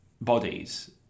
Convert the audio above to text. bodies